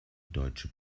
deutsche